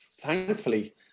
thankfully